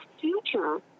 future